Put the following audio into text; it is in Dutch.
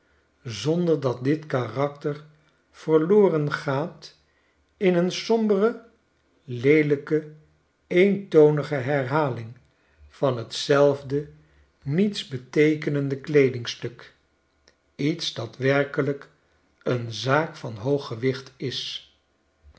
zonder dat dit karakter verloren gaat in een sombere leelijke eentonige herhaling van tzelfdenietsbeteekenende kleedingstuk iets dat werkelijk een zaak van hoog gewicht is